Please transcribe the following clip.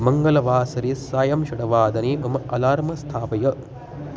मङ्गलवासरे सायं षड्वादने मम अलार्म् स्थापय